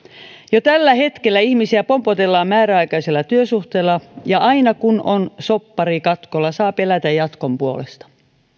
jo tällä hetkellä ihmisiä pompotellaan määräaikaisilla työsuhteilla ja aina kun on soppari katkolla saa pelätä jatkon puolesta